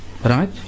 Right